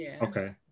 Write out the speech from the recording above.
Okay